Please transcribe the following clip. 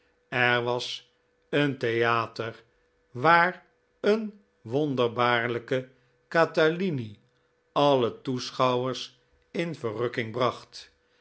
er was een theater waar een wonderbaarlijke catalini alle toehoorders in verrukking bracht